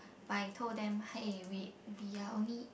but I told them hey we we are only